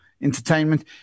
entertainment